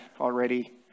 already